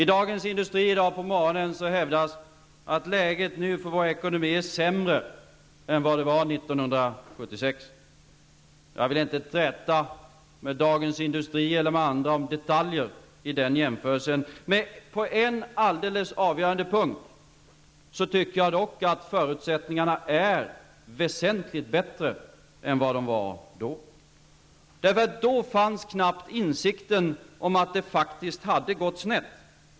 I Dagens Industri, som jag läste i dag på morgonen, hävdas att läget för vår ekonomi nu är sämre än det var 1976. Jag vill inte träta med Dagens Industri eller andra om detaljer i den jämförelsen, men på en alldeles avgörande punkt tycker jag att förutsättningarna är väsentligt bättre nu än vad de var då. Då fanns knappt insikten om att det faktiskt hade gått snett.